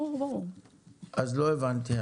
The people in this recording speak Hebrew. אז לא הבנתי.